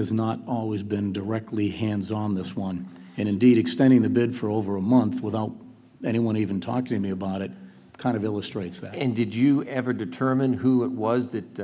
has not always been directly hands on this one and indeed extending the bid for over a month without anyone even talk to me about it kind of illustrates that and did you ever determine who it was that